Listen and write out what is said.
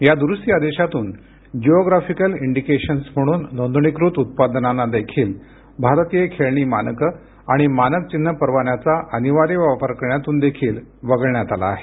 या दुरूस्ती आदेशातून जिओग्राफिकल इंडिकेशन्स म्हणून नोंदणीकृत उत्पादनांना देखील भारतीय खेळणी मानकं आणि मानक चिन्ह परवान्याचा अनिवार्य वापर करण्यातून देखील वगळण्यात आलं आहे